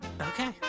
Okay